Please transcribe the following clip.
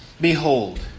Behold